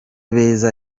beza